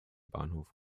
bahnhof